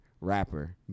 rapper